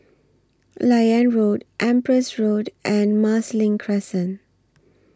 Liane Road Empress Road and Marsiling Crescent